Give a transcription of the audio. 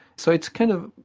so it's kind of.